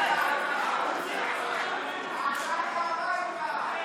מראענה הביתה.